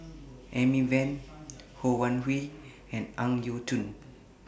Amy Van Ho Wan Hui and Ang Yau Choon